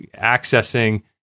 accessing